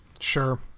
sure